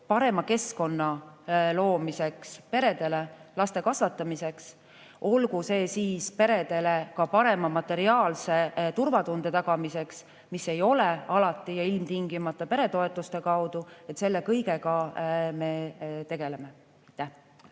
parema keskkonna loomisega peredele laste kasvatamiseks, olgu see peredele suurema materiaalse turvatunde tagamiseks, mis ei käi alati ja ilmtingimata peretoetuste kaudu – selle kõigega me tegeleme.